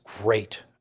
great